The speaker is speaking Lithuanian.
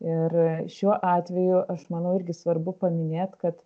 ir šiuo atveju aš manau irgi svarbu paminėt kad